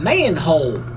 Manhole